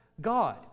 God